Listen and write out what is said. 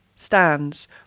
stands